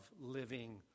living